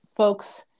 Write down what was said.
folks